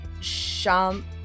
sham